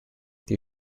die